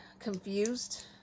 confused